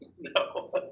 No